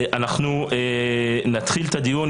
אנחנו נתחיל את הדיון,